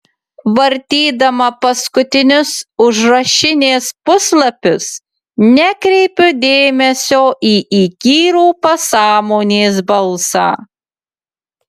vartydama paskutinius užrašinės puslapius nekreipiu dėmesio į įkyrų pasąmonės balsą